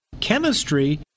chemistry